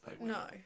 No